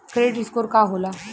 Credit score का होला?